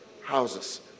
houses